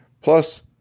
Plus